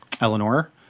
Eleanor